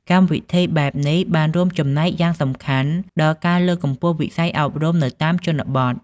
កម្មវិធីបែបនេះបានរួមចំណែកយ៉ាងសំខាន់ដល់ការលើកកម្ពស់វិស័យអប់រំនៅតាមជនបទ។